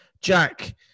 Jack